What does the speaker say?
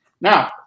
Now